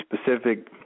specific